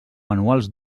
manuals